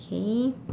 K